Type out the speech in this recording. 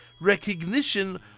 recognition